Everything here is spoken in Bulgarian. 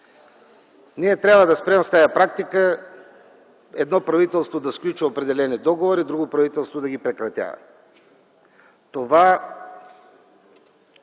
Ние трябва да спрем с тая практика едно правителство да сключва определени договори, друго правителство да ги прекратява. Това